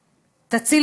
שתציל,